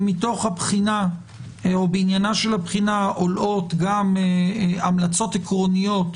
אם בעניין הבחינה עולות גם המלצות עקרוניות